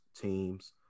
teams